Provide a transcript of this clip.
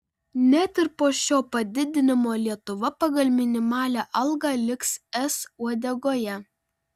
net ir po šio padidinimo lietuva pagal minimalią algą liks es uodegoje